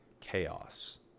chaos